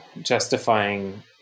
justifying